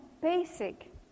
basic